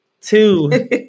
two